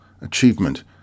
achievement